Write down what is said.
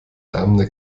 lärmende